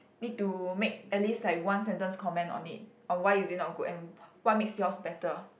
need to make at least like one sentence comment on it or why is it not good and what makes yours better